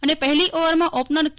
અને પહેલી ઓવરમાં ઓપનર કે